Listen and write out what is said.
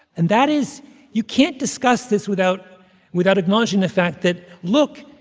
and that is you can't discuss this without without acknowledging the fact that, look,